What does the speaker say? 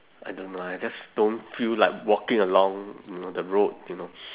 I don't know I just don't feel like walking along you know the road you know